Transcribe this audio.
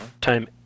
Time